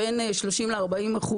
בין 30% ל- 40%,